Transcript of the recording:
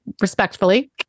respectfully